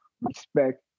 respect